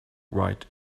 right